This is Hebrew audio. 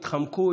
התחמקו,